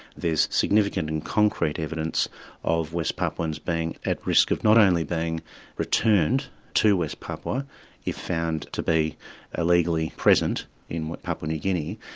there's significant and concrete evidence of west papuans being at risk of not only being returned to west papua if found to be illegally present in papua new guinea,